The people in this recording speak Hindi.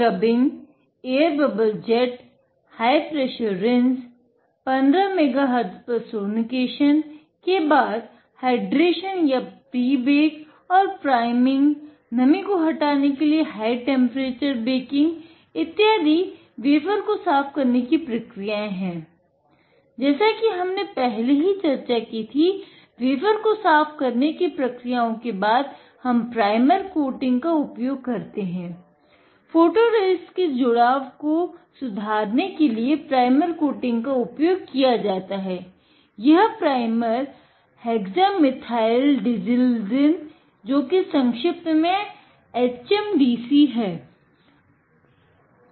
स्क्रबिंग जो कि संक्षिप्त में HMDS है